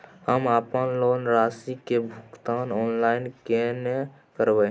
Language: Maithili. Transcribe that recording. हम अपन लोन राशि के भुगतान ऑनलाइन केने करब?